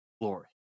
glory